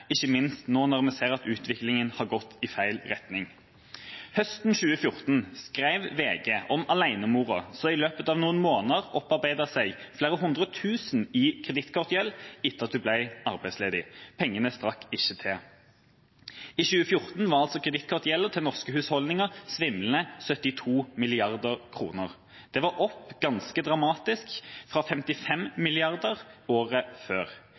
ikke minst nå når vi ser at utviklingen har gått i feil retning. Høsten 2014 skrev VG om alenemoren som i løpet av noen måneder opparbeidet seg flere hundre tusen kroner i kredittkortgjeld etter at hun ble arbeidsledig. Pengene strakk ikke til. I 2014 var kredittkortgjelden til norske husholdninger svimlende 72 mrd. kr. Den hadde gått opp ganske dramatisk, fra 55 mrd. kr året før.